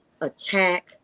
attack